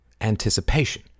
anticipation